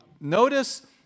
Notice